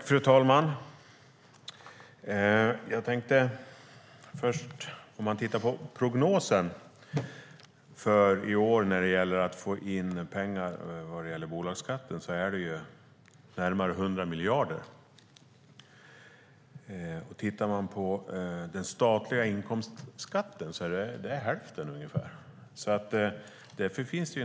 Fru talman! Om vi tittar på prognosen för i år när det gäller att få in pengar i form av bolagsskatten ser vi att det handlar om närmare 100 miljarder. Om vi tittar på den statliga inkomstskatten ser vi att det är ungefär hälften så mycket.